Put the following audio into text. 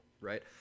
right